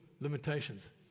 limitations